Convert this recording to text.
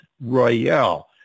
Royale